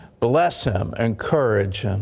bless him, encourage and